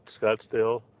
Scottsdale